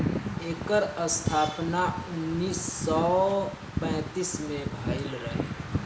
एकर स्थापना उन्नीस सौ पैंतीस में भइल रहे